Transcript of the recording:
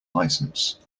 license